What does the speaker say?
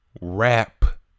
Rap